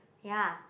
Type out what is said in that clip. ya